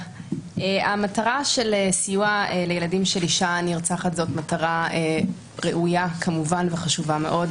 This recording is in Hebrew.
המטרה של סיוע לילדים של אישה נרצחת זאת מטרה ראויה כמובן וחשובה מאוד.